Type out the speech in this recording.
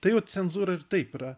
tai jau cenzūra ir taip yra